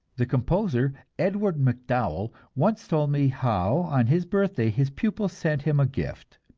the composer, edward macdowell, once told me how on his birthday his pupils sent him a gift,